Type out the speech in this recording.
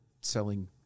selling